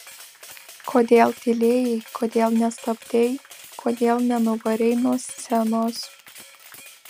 kodėl tylėjai kodėl nestabdei kodėl nenuvarei nuo scenos